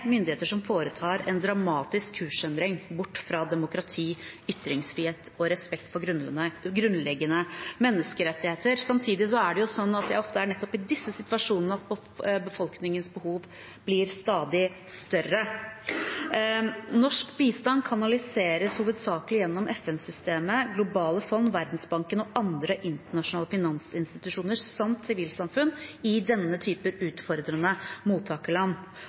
myndigheter som foretar en dramatisk kursendring bort fra demokrati, ytringsfrihet og respekt for grunnleggende menneskerettigheter. Samtidig er det sånn at det ofte er nettopp i disse situasjonene at befolkningens behov blir stadig større. Norsk bistand kanaliseres hovedsakelig gjennom FN-systemet, globale fond, Verdensbanken og andre internasjonale finansinstitusjoner samt sivilsamfunn i denne typen utfordrende mottakerland.